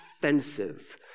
offensive